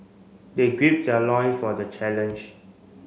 they their loin for the challenge